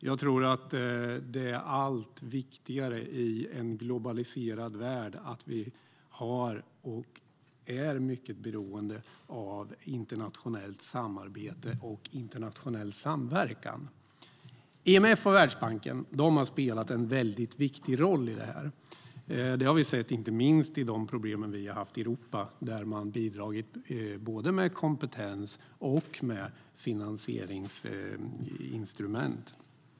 Jag tror att det är allt viktigare i en globaliserad värld att vi har och är beroende av internationellt samarbete och internationell samverkan. IMF och Världsbanken har spelat en viktig roll i det här. Det har vi sett inte minst i och med de problem vi har haft i Europa där man har bidragit både med kompetens och med finansieringsinstrument.